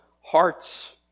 hearts